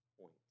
point